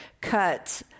cut